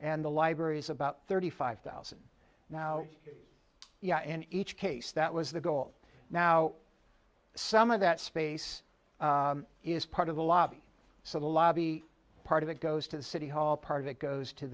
and the libraries about thirty five thousand now yeah in each case that was the goal now some of that space is part of the lobby so the lobby part of it goes to the city hall part of it goes to